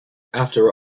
after